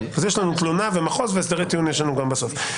יש לנו תלונה ומחוז, והסדרי טיעון יש לנו גם בסוף.